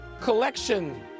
collection